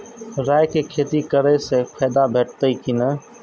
राय के खेती करे स फायदा भेटत की नै?